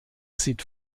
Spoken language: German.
sieht